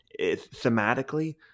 thematically